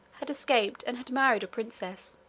had escaped, and had married a princess,